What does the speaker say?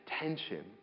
attention